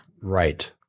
Right